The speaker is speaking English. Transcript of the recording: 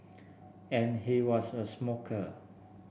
and he was a smoker